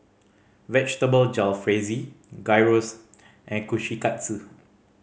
Vegetable Jalfrezi Gyros and Kushikatsu